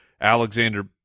Alexander